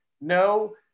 No